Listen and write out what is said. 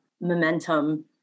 momentum